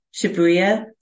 Shibuya